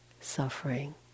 suffering